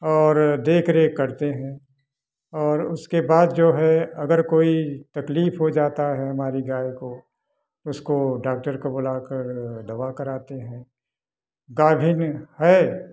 और देख रेख करते हैं और उसके बाद जो है अगर कोई तकलीफ हो जाता है हमारी गाय को उसको डाक्टर को बुलाकर दवा कराते हैं गाभिन है